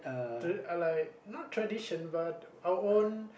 tra~ I like not tradition but like our own